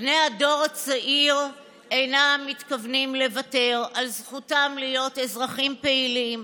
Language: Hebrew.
בני הדור הצעיר אינם מתכוונים לוותר על זכותם להיות אזרחים פעילים,